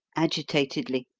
agitatedly,